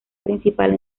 principal